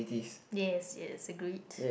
yes yes agreed